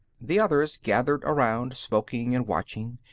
the others gathered around, smoking and watching,